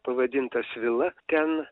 pavadinta svila ten